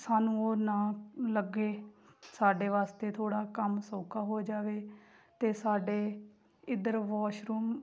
ਸਾਨੂੰ ਉਹ ਨਾ ਲੱਗੇ ਸਾਡੇ ਵਾਸਤੇ ਥੋੜ੍ਹਾ ਕੰਮ ਸੌਖਾ ਹੋ ਜਾਵੇ ਅਤੇ ਸਾਡੇ ਇੱਧਰ ਵੋਸ਼ਰੂਮ